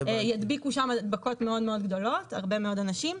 הם ידביקו שם הדבקות מאוד מאוד גדולות הרבה מאוד אנשים,